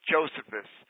Josephus